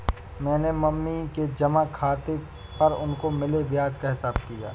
मैंने मम्मी के जमा खाता पर उनको मिले ब्याज का हिसाब किया